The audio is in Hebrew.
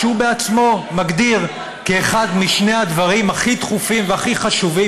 שהוא עצמו מגדיר כאחד משני הדברים הכי דחופים והכי חשובים,